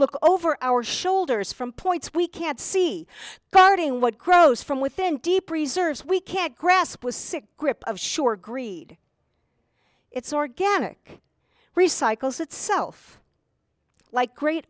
look over our shoulders from points we can't see guarding what grows from within deep reserves we can't grasp a sick grip of sure greed its organic recycles itself like great